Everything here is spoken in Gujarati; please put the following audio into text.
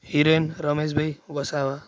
હિરેન રમેશભાઈ વસાવા